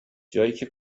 جاییکه